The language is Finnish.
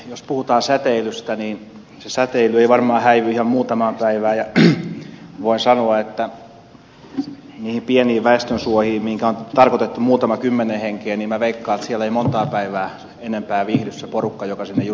jos puhutaan säteilystä niin se säteily ei varmaan häivy ihan muutamaan päivään ja voin sanoa että niissä pienissä väestönsuojissa mihinkä on tarkoitettu muutama kymmenen henkeä minä veikkaan että siellä ei montaa päivää enempää viihdy se porukka joka sinne justiin mahtuu